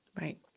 Right